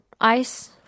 ice